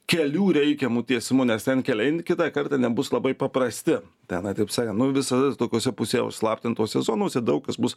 kelių reikiamų tiesimu nes ten keliai kitą kartą nebus labai paprasti tenai taip sakant nu visa tokiose pusiau įslaptintose zonose daug kas bus